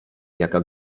jaka